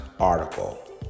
article